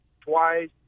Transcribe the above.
twice